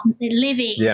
living